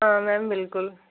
हां मैम बिलकुल